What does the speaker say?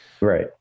right